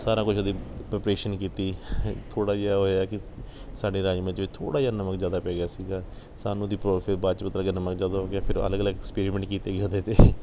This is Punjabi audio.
ਸਾਰਾ ਕੁਝ ਉਹਦੀ ਪ੍ਰਪਰੇਸ਼ਨ ਕੀਤੀ ਥੋੜ੍ਹਾ ਜਿਹਾ ਹੋਇਆ ਕਿ ਸਾਡੇ ਰਾਜਮਾਂਹ ਵਿੱਚ ਥੋੜ੍ਹਾ ਜਿਹਾ ਨਮਕ ਜ਼ਿਆਦਾ ਪੈ ਗਿਆ ਸੀਗਾ ਸਾਨੂੰ ਉਹਦੀ ਪਰੋ ਫਿਰ ਬਾਅਦ 'ਚ ਪਤਾ ਲੱਗਾ ਨਮਕ ਜ਼ਿਆਦਾ ਹੋ ਗਿਆ ਫਿਰ ਅਲੱਗ ਅਲੱਗ ਐਕਸਪੈਰੀਮੈਂਟ ਕੀਤੇ ਗਏ ਉਹਦੇ 'ਤੇ